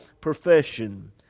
profession